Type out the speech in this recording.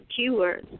keywords